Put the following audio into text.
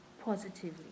positively